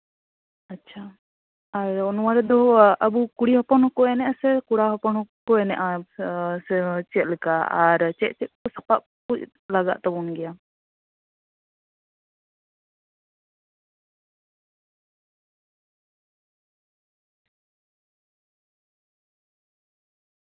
ᱟᱪᱪᱷᱟ ᱱᱚᱣᱟ ᱨᱮᱫᱚ ᱟᱵᱚ ᱠᱩᱲᱤ ᱦᱚᱯᱚᱱ ᱦᱚᱸᱠᱚ ᱮᱱᱮᱡᱼᱟ ᱥᱮ ᱠᱚᱲᱟ ᱦᱚᱯᱚᱱ ᱠᱚ ᱮᱱᱮᱡᱼᱟ ᱥᱮ ᱪᱮᱫ ᱞᱮᱠᱟ ᱟᱨ ᱪᱮᱫᱼᱪᱮᱫ ᱠᱚ ᱥᱟᱯᱟᱵ ᱠᱚ ᱞᱟᱜᱟᱜ ᱛᱟᱵᱚᱱ ᱜᱮᱭᱟ